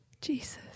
Jesus